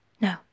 No